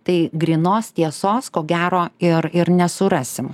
tai grynos tiesos ko gero ir ir nesurasim